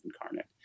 incarnate